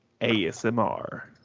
ASMR